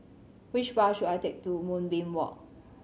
which bus should I take to Moonbeam Walk